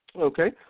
Okay